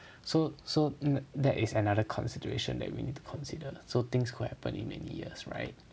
so so that is another consideration that we need to consider so things could happen in many years right